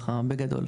בגדול.